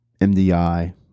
MDI